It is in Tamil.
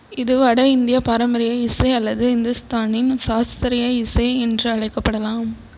இது வட இந்திய பாரம்பரிய இசை அல்லது இந்துஸ்தானியின் சாஸ்திரிய இசை என்று அழைக்கப்படலாம்